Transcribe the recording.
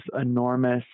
enormous